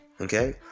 okay